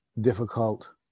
difficult